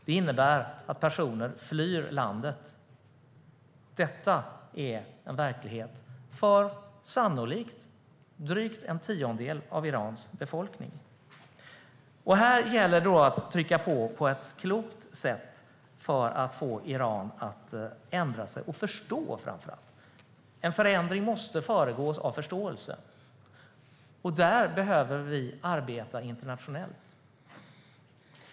Det innebär att personer flyr landet. Detta är en verklighet för sannolikt drygt en tiondel av Irans befolkning. Här gäller det att på ett klokt sätt trycka på för att få Iran att ändra sig och framför allt förstå. En förändring måste föregås av förståelse. Där behöver vi arbeta internationellt.